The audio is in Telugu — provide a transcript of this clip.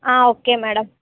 okay madam